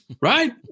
Right